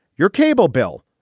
your cable bill,